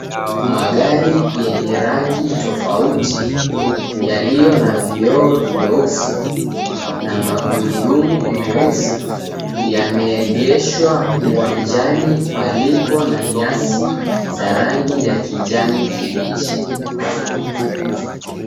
Magari yenye rangi tofauti yaliyo na vioo vyeusi na magurudumu meusi yameegeshwa uwanjani palipo na nyasi za rangi ya kijani kibichi.